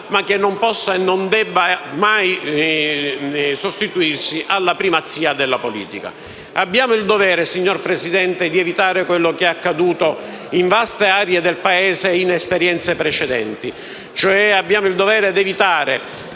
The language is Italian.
ma che non possa e non debba mai sostituirsi alla primazia della politica. Abbiamo il dovere, signor Presidente, di evitare quanto accaduto in vaste aree del Paese in esperienze precedenti.